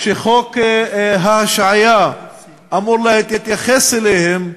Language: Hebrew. שחוק ההשעיה אמור להתייחס אליהם,